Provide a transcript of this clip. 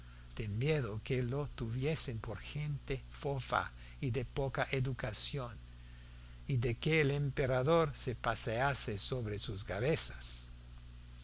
de miedo de que los tuviesen por gente fofa y de poca educación y de que el emperador se pasease sobre sus cabezas